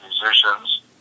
musicians